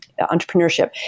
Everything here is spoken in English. entrepreneurship